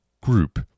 group